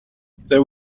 there